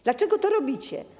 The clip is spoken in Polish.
Dlaczego to robicie?